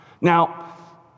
Now